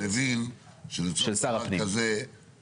מאחר שכבודו הבין שלצורך דבר כזה יש